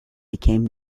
became